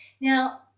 Now